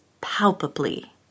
palpably